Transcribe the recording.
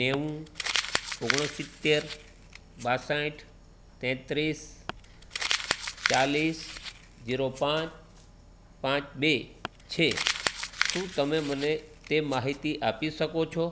નેવું ઓગણોસિત્તેર બાંસઠ તેત્રીસ ચાલીસ ઝીરો પાંચ પાંચ બે છે શું તમે મને તે માહિતી આપી શકો છો